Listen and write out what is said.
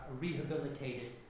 rehabilitated